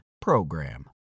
PROGRAM